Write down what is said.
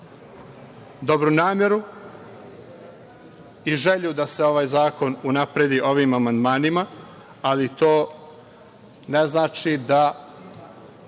dobru nameru i želju da se ovaj zakon unapredi ovim amandmanima, ali to ne znači da